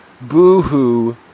Boohoo